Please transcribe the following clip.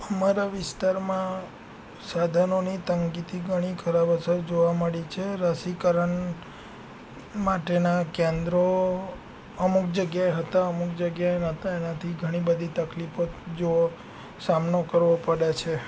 અમારા વિસ્તારમાં સાધનોની તંગીથી ઘણી ખરાબ અસર જોવા મળી છે રસીકરણ માટેનાં કેન્દ્રો અમુક જગ્યાએ હતાં અમુક જગ્યાએ નહોતાં એનાથી ઘણી બધી તકલીફો સામનો કરવો પડે છે